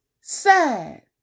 sad